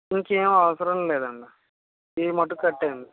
ఇంకేం అవసరం లేదండి ఇవి మట్టుకు కట్టేయండి